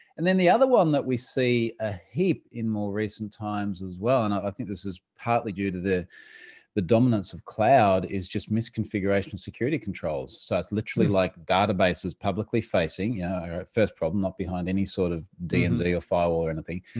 and then the other one that we see a heap in more recent times as well, and i think this is partly due to the the dominance of cloud, is just misconfiguration of security controls. so, that's literally like databases publicly facing, yeah our first problem, not behind any sort of d and d or file or anything.